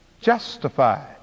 justified